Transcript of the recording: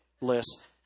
list